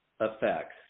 effects